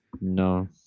No